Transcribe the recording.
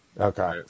Okay